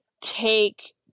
take